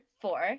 four